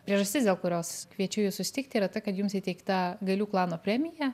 priežastis dėl kurios kviečiu jus susitikti yra ta kad jums įteikta gailių klano premija